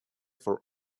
for